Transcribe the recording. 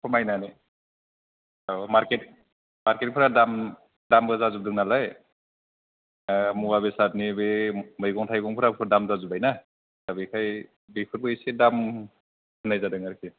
खमायनानै औ मारकेट मारकेटफोरा दाम दामबो जाजोबदों नालाय मुवा बेसादनि बे मैगं थायगंफोराबो दाम जाजोब्बायना दा बेखाय बेफोरबो एसे दाम होन्नाय जादों आरोखि